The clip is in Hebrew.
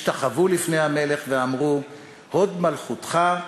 השתחוו לפני המלך ואמרו: "הוד מלכותך,